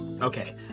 Okay